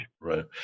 Right